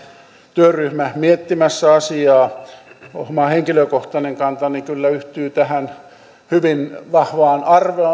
työryhmä miettimässä asiaa oma henkilökohtainen kantani kyllä yhtyy tähän hyvin vahvaan